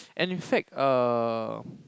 and in fact uh